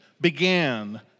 began